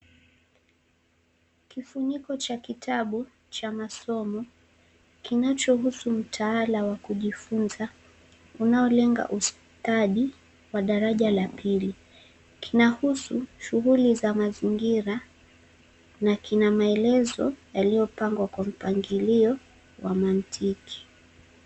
Kifuniko cha kitabu cha masomo kinachohusu mtaala wa kujifunza unaolenga ustadi wa daraja la pili. Kinahusu shughuli za mazingira na kina maelezo yaliyopangwa kwa mpangilio wa mantiki.